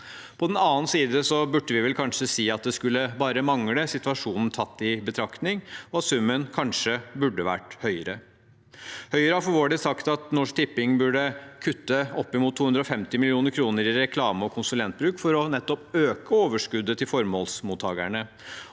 På den annen side burde vi kanskje si at det skulle bare mangle situasjonen tatt i betraktning, og at summen kanskje burde vært høyere. Høyre har for vår del sagt at Norsk Tipping burde kutte oppimot 250 mill. kr i reklame- og konsulentbruk for nettopp å øke overskuddet til formålsmottakerne.